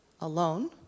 alone